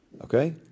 okay